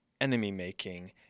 enemy-making